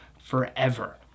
forever